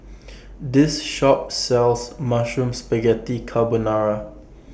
This Shop sells Mushroom Spaghetti Carbonara